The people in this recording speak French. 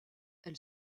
elle